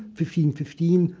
fifteen-fifteen,